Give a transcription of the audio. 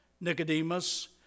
Nicodemus